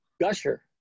gusher